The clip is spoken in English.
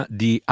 di